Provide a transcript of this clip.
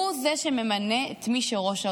הוא זה שממנה את ראש הרשות.